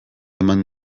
eman